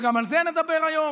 וגם על זה נדבר היום,